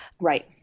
Right